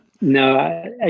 No